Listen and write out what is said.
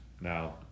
now